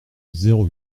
zéro